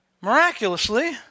Miraculously